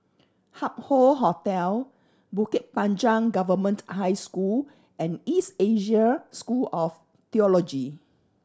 Hup Hoe Hotel Bukit Panjang Government High School and East Asia School of Theology